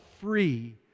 free